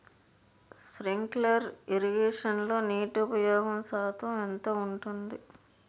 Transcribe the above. Sprinkler ఇరగేషన్లో నీటి ఉపయోగ శాతం ఎంత ఉంటుంది?